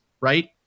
Right